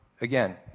again